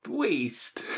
waste